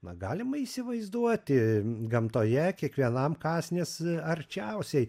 na galima įsivaizduoti gamtoje kiekvienam kąsnis arčiausiai